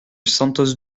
santos